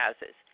houses